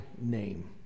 name